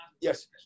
Yes